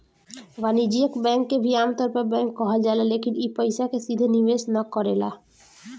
वाणिज्यिक बैंक के भी आमतौर पर बैंक कहल जाला लेकिन इ पइसा के सीधे निवेश ना करेला